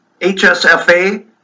HSFA